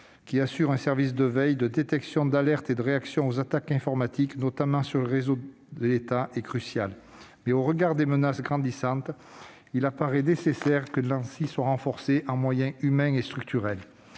qui assure un service de veille, de détection, d'alerte et de réaction aux attaques informatiques, notamment sur les réseaux de l'État, est crucial. Néanmoins, au regard des menaces grandissantes, il paraît nécessaire que cette agence soit renforcée par de nouveaux moyens humains et structurels.